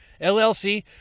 LLC